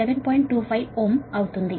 25Ω అవుతుంది